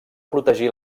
protegir